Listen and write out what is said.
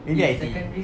maybe I_T_E